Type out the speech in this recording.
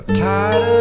tired